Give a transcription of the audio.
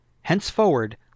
henceforward